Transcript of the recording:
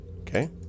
Okay